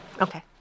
Okay